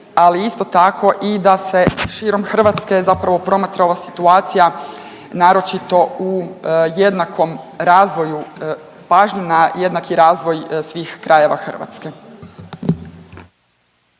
ali isto tako i da se širom Hrvatske zapravo promatra ova situacija naročito u jednakom razvoju, pažnju na jednaki razvoj svih krajeva Hrvatske.